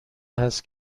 هست